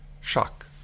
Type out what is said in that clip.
Shock